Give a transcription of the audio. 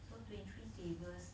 so twenty three tables